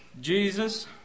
Jesus